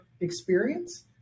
experience